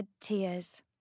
tears